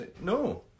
no